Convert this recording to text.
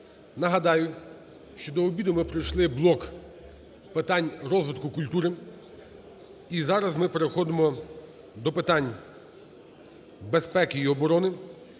Нагадаю, що до обіду ми пройшли блок питань розвитку культури. І зараз ми переходимо до питань безпеки і оброни.